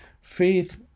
Faith